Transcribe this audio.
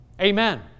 Amen